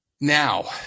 Now